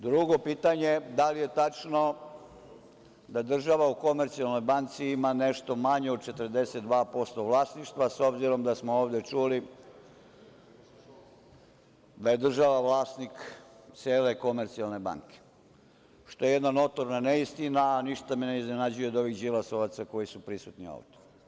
Drugo je da li je tačno da država u Komercijalnoj banci ima nešto manje od 42% vlasništva, s obzirom da smo ovde čuli da je država vlasnik cele Komercijalne banke, što je jedna notorna neistina, a ništa me ne iznenađuje od ovih đilasovaca koji su prisutni ovde.